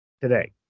today